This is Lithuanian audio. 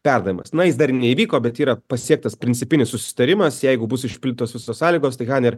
perdavimas na jis dar neįvyko bet yra pasiektas principinis susitarimas jeigu bus išpildytos visos sąlygos tai haner